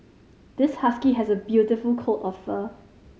this husky has a beautiful coat of fur